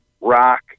rock